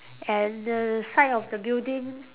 and the side of the building